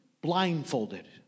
blindfolded